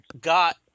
got